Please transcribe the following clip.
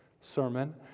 sermon